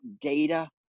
data